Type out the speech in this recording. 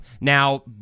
Now